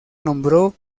nombró